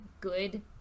good